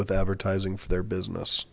with advertising for their business